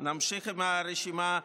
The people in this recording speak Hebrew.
נמשיך עם הרשימה,